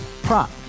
Prop